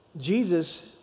Jesus